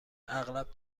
اغلب